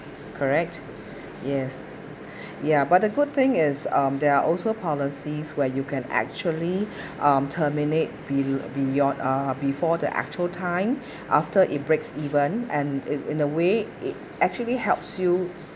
correct yes ya but the good thing is um there are also policies where you can actually uh terminate be~ beyond uh before the actual time after it breaks even and in in a way it actually helps you